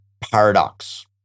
paradox